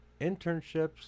internships